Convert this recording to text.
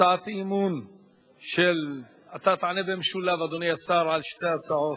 אתה תענה במשולב, אדוני השר, על שתי ההצעות.